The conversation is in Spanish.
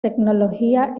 tecnología